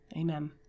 Amen